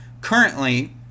Currently